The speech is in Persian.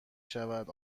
شود